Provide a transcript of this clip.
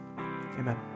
Amen